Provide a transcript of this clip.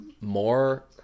more